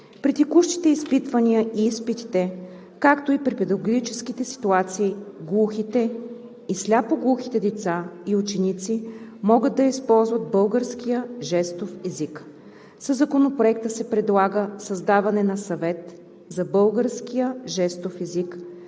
При текущите изпитвания и изпитите, както и при педагогическите ситуации глухите и сляпо-глухите деца и ученици могат да използват българския жестов език. Със Законопроекта се предлага създаване на Съвет за българския жестов език